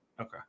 Okay